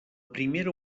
primera